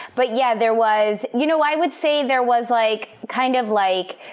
but, yeah, there was you know, i would say there was, like kind of like